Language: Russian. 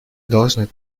должны